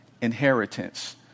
inheritance